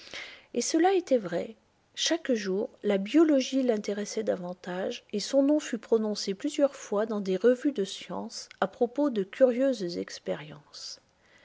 et cela était vrai chaque jour la biologie l'intéressait davantage et son nom fut prononcé plusieurs fois dans des revues de science à propos de curieuses expériences